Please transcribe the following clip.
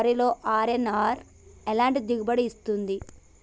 వరిలో అర్.ఎన్.ఆర్ ఎలాంటి దిగుబడి ఇస్తుంది?